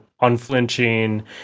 unflinching